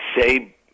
say